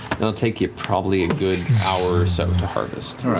it'll take you probably a good hour or so to harvest.